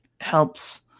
helps